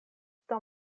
tuta